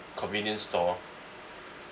convenience store